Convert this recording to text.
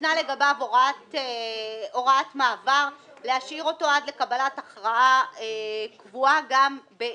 וניתנה לגביו הוראת מעבר להשאיר אותו עד קבלת הכרעה קבועה גם בעניינו.